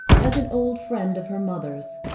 as an old friend of her mother's,